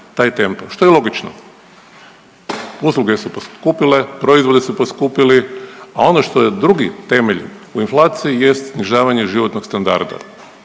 što je i logično, usluge su poskupile, proizvodi su poskupili, a ono što je drugi temelj u inflaciji jest snižavanje životnog standarda.